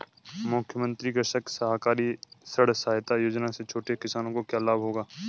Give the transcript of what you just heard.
मुख्यमंत्री कृषक सहकारी ऋण सहायता योजना से छोटे किसानों को क्या लाभ होगा?